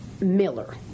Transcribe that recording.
Miller